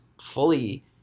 fully –